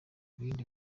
ibindi